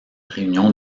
réunion